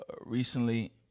recently